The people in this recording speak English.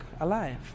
alive